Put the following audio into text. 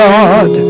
God